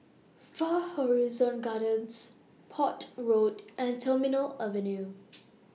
Far Horizon Gardens Port Road and Terminal Avenue